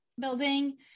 building